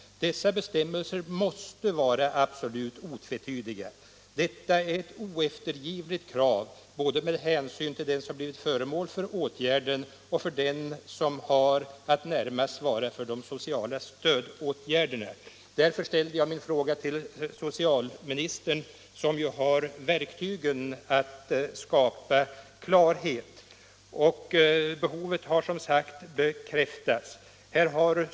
Dessa bestämmelser måste vara absolut otvetydiga. Detta är ett oeftergivligt krav med hänsyn både till den som blivit föremål för åtgärden och till den som har att närmast svara för de sociala stödåtgärderna. Därför ställde jag min fråga till socialministern, som har verktygen för att skapa klarhet.